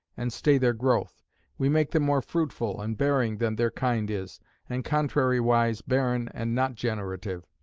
and stay their growth we make them more fruitful and bearing than their kind is and contrariwise barren and not generative.